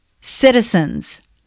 citizens